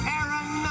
Aaron